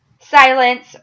silence